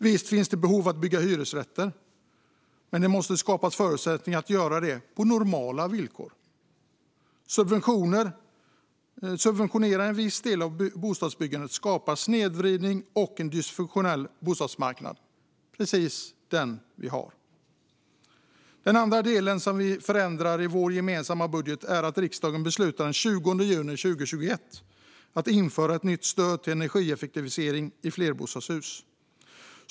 Visst finns det behov av att bygga hyresrätter, men det måste skapas förutsättningar att göra det på normala villkor. Att subventionera en viss del av bostadsbyggandet skapar snedvridning och en dysfunktionell bostadsmarknad, precis som den vi har. Den andra delen som vi förändrar i vår gemensamma budget är att riksdagen den 20 juni 2021 beslutade att införa ett nytt stöd till energieffektivisering i flerbostadshus.